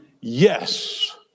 yes